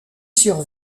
sur